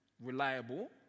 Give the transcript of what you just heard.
reliable